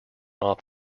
off